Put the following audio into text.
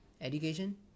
Education